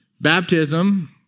Baptism